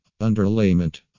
Underlayment